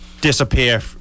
disappear